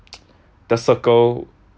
the circle